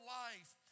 life